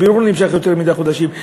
הבירור נמשך יותר מדי חודשים.